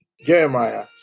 Jeremiah